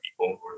people